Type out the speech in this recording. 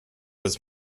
was